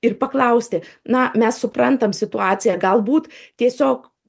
ir paklausti na mes suprantam situaciją galbūt tiesiog